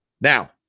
Now